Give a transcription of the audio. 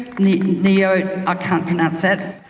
neo neo i can't pronounce that.